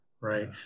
Right